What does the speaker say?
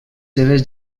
seves